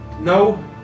no